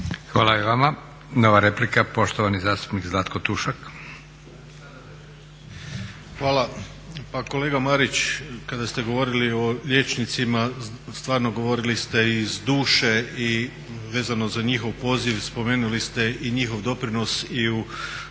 (Hrvatski laburisti - Stranka rada)** Hvala. Pa kolega Marić kada ste govorili o liječnicima stvarno govorili ste iz duše i vezano za njihov poziv spomenuli ste i njihov doprinos i u